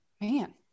Man